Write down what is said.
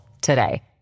today